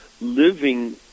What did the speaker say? living